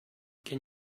can